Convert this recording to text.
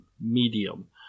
medium